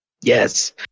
Yes